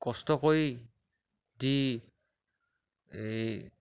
কষ্ট কৰি দি এই